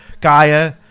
Gaia